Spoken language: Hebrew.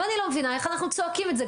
ואני לא מבינה: איך אנחנו צועקים את זה,